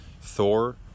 Thor